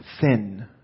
thin